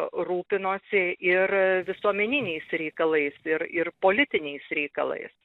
rūpinosi ir visuomeniniais reikalais ir ir politiniais reikalais